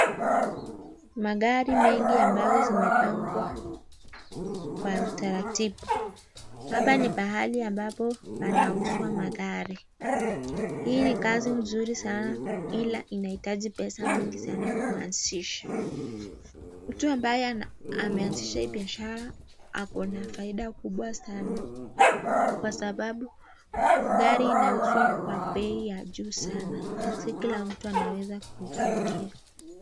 Magari mengi ambazo zimepangwa kwa utaratibu. Hapa ni pahali ambapo panaoshwa magari. Hii ni kazi mzuri sana ila inahitaji pesa mingi sana kuanzisha. Mtu ambaye ameanzisha hii biashara ako na faida kubwa sana kwa sababu gari inauzwa kwa bei ya juu sana, lakini si kila mtu anaweza kufikia.